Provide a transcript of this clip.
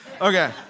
Okay